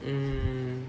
mm